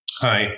Hi